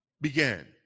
began